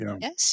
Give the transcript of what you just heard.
yes